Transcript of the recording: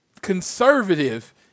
conservative